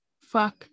fuck